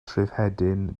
trefhedyn